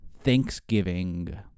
Thanksgiving